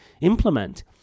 implement